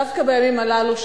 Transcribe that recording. דווקא בימים הללו,